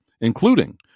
including